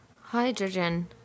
Hydrogen